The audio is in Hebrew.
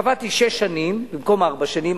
קבעתי שש שנים, במקום ארבע שנים.